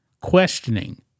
questioning